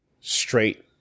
straight